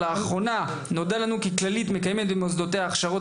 "לאחרונה נודע לנו כי "כללית" מקיימת במוסדותיה הכשרות